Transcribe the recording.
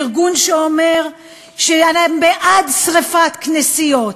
ארגון שאומר שהוא בעד שרפת כנסיות,